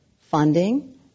funding